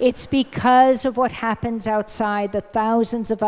it's because of what happens outside the thousands of